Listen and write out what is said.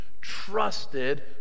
trusted